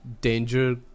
danger